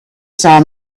saw